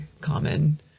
common